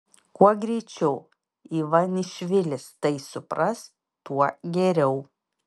kuo greičiau ivanišvilis tai supras tuo geriau